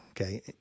Okay